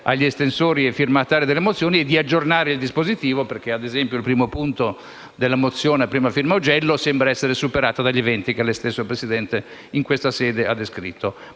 agli estensori ed ai firmatari delle mozioni è quella di aggiornare il dispositivo, perché ad esempio il primo punto della mozione a prima firma del senatore Augello sembra essere superato dagli eventi che lei stesso, signor Presidente, in questa sede ha descritto.